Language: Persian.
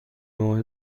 نوع